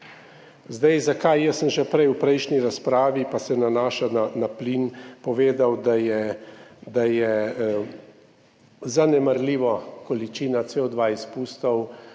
Zakaj? Jaz sem že v prejšnji razpravi, pa se nanaša na plin, povedal, da je zanemarljiva količina izpustov